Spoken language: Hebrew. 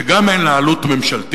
שגם אין לה עלות ממשלתית,